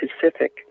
Pacific